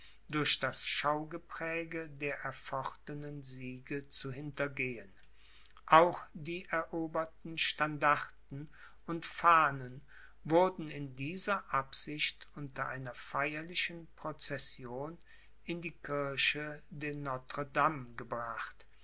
durch das schaugepränge der erfochtenen siege zu hintergehen auch die eroberten standarten und fahnen wurden in dieser absicht unter einer feierlichen procession in die kirche de notre dame gebracht